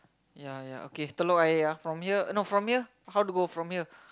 ya ya okay Telok Ayer ah from here no from here how to go from here